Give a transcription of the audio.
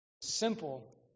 simple